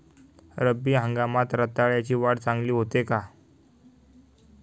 रब्बी हंगामात रताळ्याची वाढ चांगली होते का?